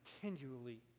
continually